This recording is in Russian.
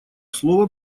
слово